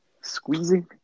Squeezing